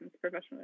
professionally